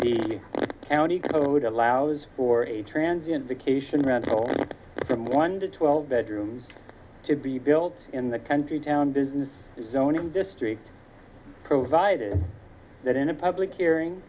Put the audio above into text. the county code allows for a transient vacation rental from one to twelve bedrooms to be built in the country town business zoning district provided that in a public hearing